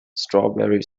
strawberry